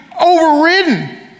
overridden